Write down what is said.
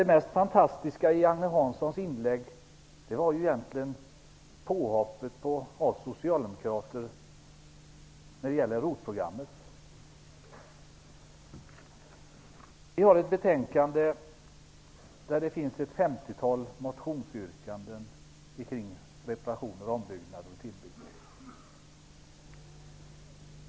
Det mest fantastiska i Agne Hanssons inlägg var egentligen påhoppet på oss socialdemokrater när det gäller Vi har ett betänkande där det finns ett femtiotal motionsyrkanden om reparationer, ombyggnader och tillbyggnader.